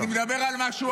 הוא אמר לי: